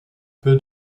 peu